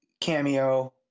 cameo